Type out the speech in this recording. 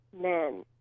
men